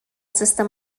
system